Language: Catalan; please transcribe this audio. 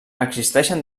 existeixen